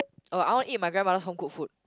oh I want eat my grandmother's home cooked food